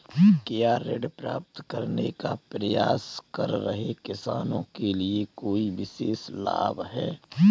क्या ऋण प्राप्त करने का प्रयास कर रहे किसानों के लिए कोई विशेष लाभ हैं?